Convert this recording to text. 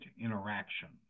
interactions